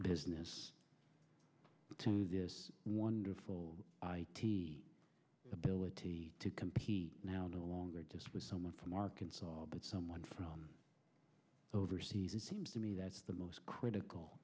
business to the one full ability to compete now no longer just with someone from arkansas but someone from overseas it seems to me that's the most critical